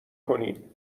کنین